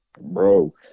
Bro